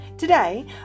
Today